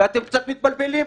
ואתם קצת מתבלבלים פה.